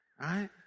Right